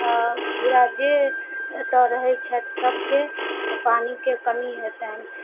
पूरा जे एतऽ रहय छथि सबके पानिके कमी हेतनि